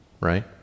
right